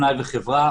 פנאי וחברה,